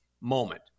moment